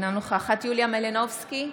אינה נוכחת יוליה מלינובסקי,